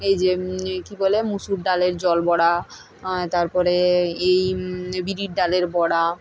এই যে কী বলে মুসুর ডালের জল বড়া তারপরে এই বিউলির ডালের বড়া